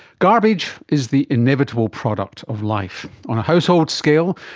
garbage is the inevitable product of life. on a household scale,